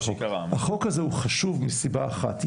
החוק הזה הוא חשוב מסיבה אחת.